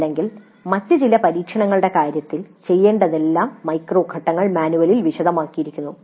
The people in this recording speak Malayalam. അല്ലെങ്കിൽ മറ്റ് ചില പരീക്ഷണങ്ങളുടെ കാര്യത്തിൽ ചെയ്യേണ്ടതെല്ലാം മൈക്രോ ഘട്ടങ്ങൾ മാനുവലിൽ വിശദമാക്കിയിരിക്കുന്നു